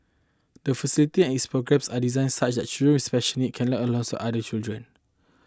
the facility and its programmes are designed such that children with special needs can learn alongside other children